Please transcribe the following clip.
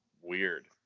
weird